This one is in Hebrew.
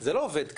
זה לא עובד ככה.